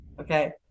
Okay